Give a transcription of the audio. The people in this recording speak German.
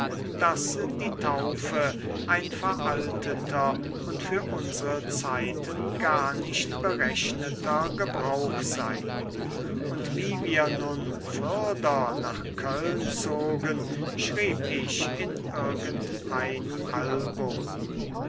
daß die taufe ein veralteter und für unsere zeiten gar nicht berechneter gebrauch sei und wie wir nun fürder nach köln zogen schrieb ich in irgend ein album